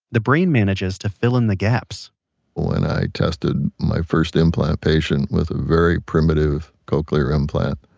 the brain manages to fill in the gaps when i tested my first implant patient with a very primitive cochlear implant,